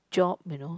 job you know